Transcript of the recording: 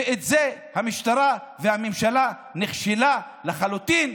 ובזה המשטרה והממשלה נכשלה לחלוטין,